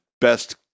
best